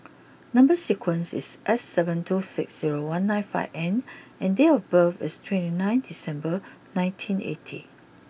number sequence is S seven two six zero one nine five N and date of birth is twenty nine December nineteen eighty